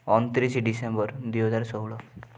ଅଣତିରିଶ ଡିସେମ୍ବର ଦୁଇ ହଜାର ଷୋହଳ